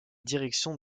direction